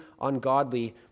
ungodly